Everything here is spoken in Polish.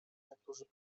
niektórzy